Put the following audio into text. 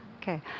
Okay